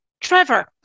Trevor